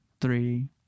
three